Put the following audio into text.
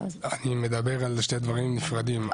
אני מדבר על שני דברים נפרדים.